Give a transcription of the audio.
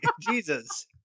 Jesus